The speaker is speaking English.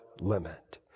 limit